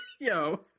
Yo